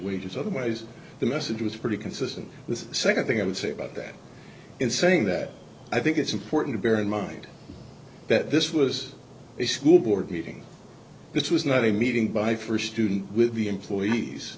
wages otherwise the message was pretty consistent the second thing i would say about that in saying that i think it's important to bear in mind that this was a school board meeting this was not a meeting by first student with the employees